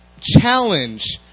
challenge